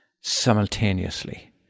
simultaneously